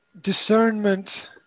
discernment